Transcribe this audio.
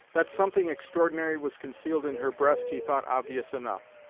that something extraordinary was concealed in her breast he thought obvious enough,